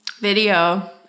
Video